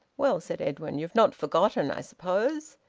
well, said edwin, you've not forgotten, i suppose.